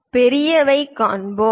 பெரியதைப் பார்ப்போம்